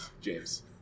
James